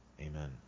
Amen